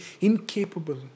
incapable